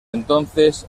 entonces